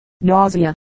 nausea